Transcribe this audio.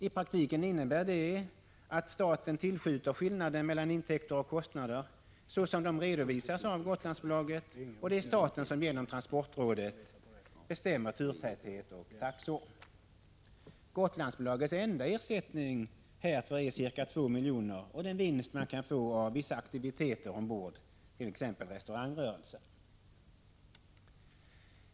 I | praktiken innebär det att staten tillskjuter skillnaden mellan intäkter och kostnader, såsom de redovisas av Gotlandsbolaget, och det är staten som genom transportrådet bestämmer turtäthet och taxor. Gotlandsbolagets | enda ersättning härför är ca 2 miljoner och den vinst man kan få av vissa aktiviteter ombord, t.ex. restaurangrörelsen.